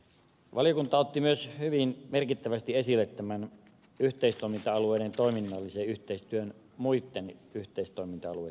valiokunta otti myös hyvin merkittävästi esille yhteistoiminta alueiden toiminnallisen yhteistyön muitten yhteistoiminta alueitten kanssa